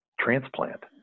transplant